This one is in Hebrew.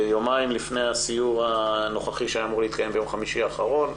יומיים לפני הסיור שהיה אמור להתקיים ביום חמישי האחרון,